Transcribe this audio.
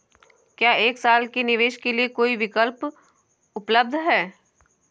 क्या एक साल के निवेश के लिए कोई विकल्प उपलब्ध है?